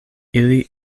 ili